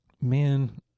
Man